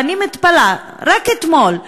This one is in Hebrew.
ואני מתפלאת: רק אתמול,